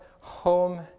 home